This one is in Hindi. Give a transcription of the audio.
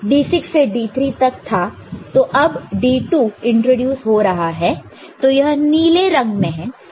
D6 से D3 तक था तो अब D2 इंट्रोड्यूस हो रहा है तो यह नीले रंग में है